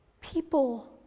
people